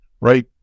right